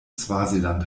swasiland